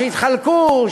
שיתחלקו,